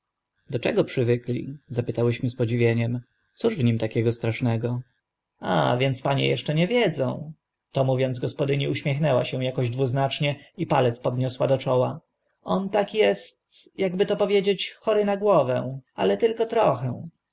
do czego przywykli zapytałyśmy z podziwieniem cóż w nim tak strasznego a więc panie eszcze nie wiedzą to mówiąc gospodyni uśmiechnęła się akoś dwuznacznie i palec podniosła do czoła on tak est akby to powiedzieć chory na głowę ale tylko trochę